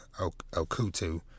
Okutu